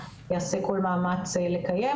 יעשה כל מאמץ לקיים.